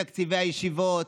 בתקציבי הישיבות,